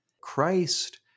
christ